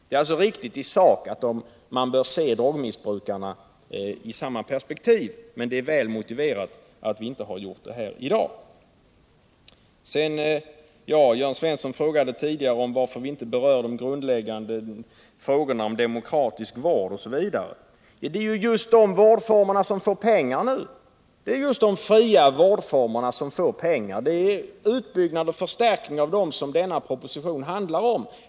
Det är alltså riktigt att man bör se drogmissbrukarna i samma perspektiv, men det är väl motiverat att vi inte gjort det här i dag. Jörn Svensson har också frågat varför vi inte har berört de grundläggande frågorna när det gäller demokratisk vård osv. Men det är ju just dessa vårdformer som vi diskuterar nu. Det är just de fria vårdformerna som får pengar genom detta förslag. Propositionen handlar om utbyggnad och förstärkning av dessa.